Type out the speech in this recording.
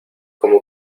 como